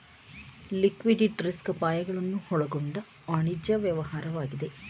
liquidity risk ಅಪಾಯಗಳನ್ನು ಒಳಗೊಂಡ ವಾಣಿಜ್ಯ ವ್ಯವಹಾರವಾಗಿದೆ